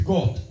God